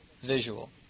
visual